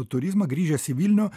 turizmą grįžęs į vilnių